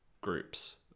groups